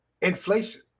Inflation